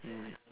mm